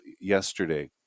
yesterday